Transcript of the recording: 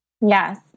Yes